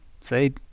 say